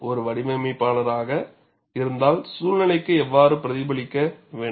ஒரு வடிவமைப்பாளராக இருந்தால் சூழ்நிலைக்கு எவ்வாறு பிரதிபலிக்க வேண்டும்